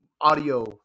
audio